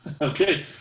Okay